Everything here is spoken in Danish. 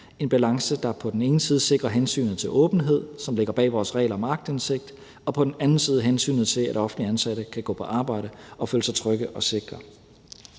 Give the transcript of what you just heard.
en balance, der på den ene side sikrer hensynet til åbenhed, som ligger bag vores regler om aktindsigt, og på den anden side hensynet til, at offentligt ansatte kan gå på arbejde og føle sig trygge og sikre.